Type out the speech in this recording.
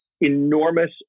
enormous